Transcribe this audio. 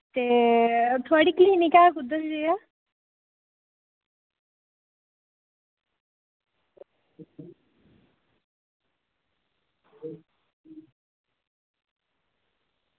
ते थुआढ़ी क्लीनिक ऐ कुद्धर जेहे